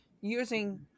using